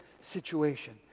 situation